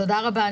תודה רבה.